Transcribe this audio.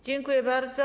Dziękuję bardzo.